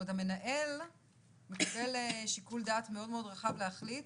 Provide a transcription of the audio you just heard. זאת אומרת המנהל מקבל שיקול דעת מאוד מאוד רחב להחליט